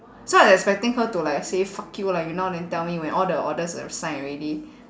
so I was expecting her to like say fuck you lah you know then tell me when all the orders assign already